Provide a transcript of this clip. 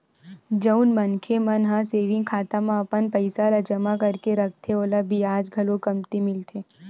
जउन मनखे मन ह सेविंग खाता म अपन पइसा ल जमा करके रखथे ओला बियाज घलो कमती मिलथे